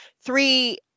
three